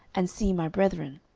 and see my brethren.